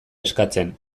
eskatzen